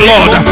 Lord